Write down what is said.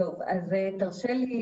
תרשה לי,